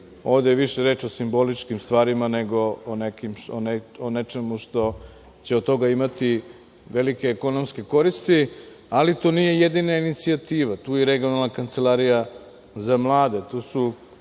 ovde je više reč o simboličkim stvarima nego o nečemu što će od toga imati velike ekonomske koristi, ali to nije jedina inicijativa. Tu je i Regionalna kancelarija za mlade,